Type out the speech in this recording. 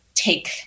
take